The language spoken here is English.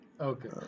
Okay